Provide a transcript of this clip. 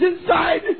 inside